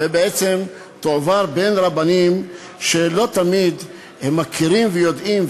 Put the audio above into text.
ובעצם תועבר בין רבנים שלא תמיד מכירים ויודעים,